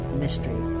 mystery